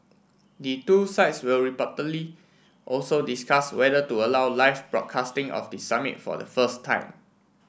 the two sides will reportedly also discuss whether to allow live broadcasting of the summit for the first time